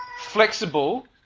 flexible